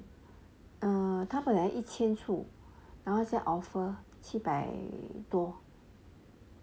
err 他本来一千出然后现在 offer 七百多